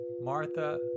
Martha